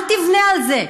אל תבנה על זה.